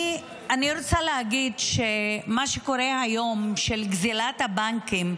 מה שקורה היום, גזלת הבנקים.